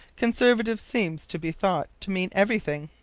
conservative seems to be thought to mean everything.